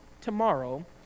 tomorrow